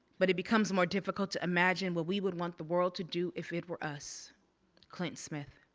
but it becomes more difficult to imagine what we would want the world to do if it were us clint smith.